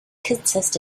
consist